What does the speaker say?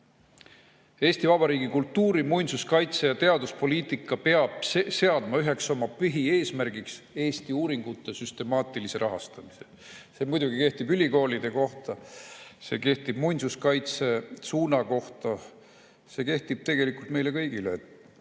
Eesti Vabariigi kultuuri‑, muinsuskaitse‑ ja teaduspoliitika peab seadma üheks oma põhieesmärgiks Eesti uuringute süstemaatilise rahastamise. See muidugi kehtib ülikoolide kohta. See kehtib muinsuskaitsesuuna kohta. See kehtib tegelikult meile kõigile.